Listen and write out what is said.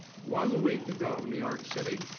one week ago, new york city